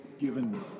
Given